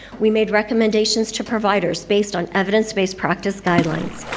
we made recommendations to providers based on evidence-based practice guidelines.